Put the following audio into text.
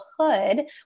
hood